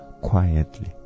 quietly